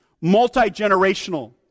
Multi-generational